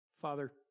Father